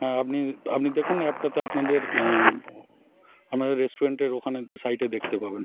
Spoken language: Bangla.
হ্যাঁ আপনি আপনি দেখুন অ্যাপটাতে আপনাদের আপনাদের রেস্টুরেন্টের ওখানে সাইটে দেখতে পাবেন